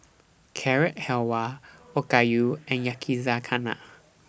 Carrot Halwa Okayu and Yakizakana